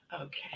Okay